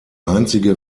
einzige